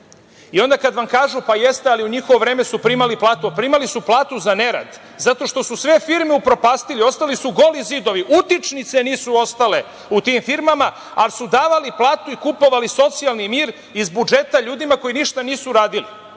i onda kad vam kažu – jeste, ali u njihovo vreme su primali platu, a primali su platu za nerad, zato što su sve firme upropastili. Ostali su goli zidovi, utičnice nisu ostale u tim firmama, ali su davali platu i kupovali socijalni mir iz budžeta ljudima koji ništa nisu radili.